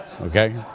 Okay